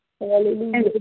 Hallelujah